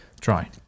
Try